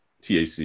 TAC